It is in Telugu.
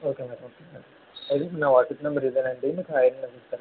ఒకే మ్యాడం ఇది నా వాట్సాప్ నంబరు ఇదేనండి మీకు హాయ్ అని మెసేజ్ పెడతాను